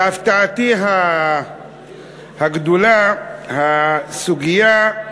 להפתעתי הגדולה, הסוגיה,